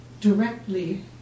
directly